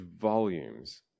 volumes